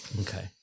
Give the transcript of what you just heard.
Okay